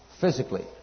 physically